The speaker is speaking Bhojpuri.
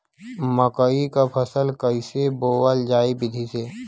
मकई क फसल कईसे बोवल जाई विधि से?